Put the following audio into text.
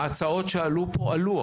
ההצעת שעלו כאן, עלו.